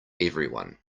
everyone